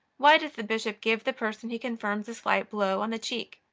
why does the bishop give the person he confirms a slight blow on the cheek?